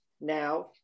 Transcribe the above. now